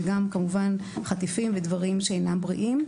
וכמובן גם חטיפים ודברים שאינם בריאים.